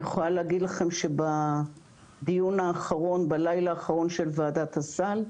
אני יכולה להגיד לכם שבדיון האחרון בלילה האחרון של וועדת הסל,